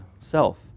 self